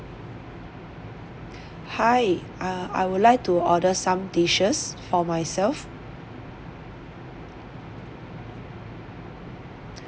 hi uh I would like to order some dishes for myself